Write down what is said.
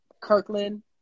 Kirkland